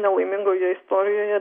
nelaimingoje istorijoje